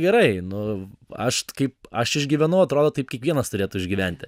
gerai nu aš kaip aš išgyvenau atrodo taip kiekvienas turėtų išgyventi